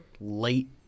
late